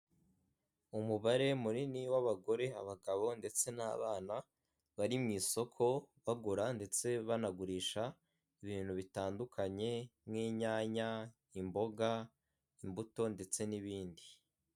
Umubare munini w'abagore abagabo ndetse n'abana bari mu isoko bagura ndetse banagurisha ibintu bitandukanye nk'inyanya, imboga, imbuto ndetse n'ibindi.